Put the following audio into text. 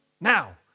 now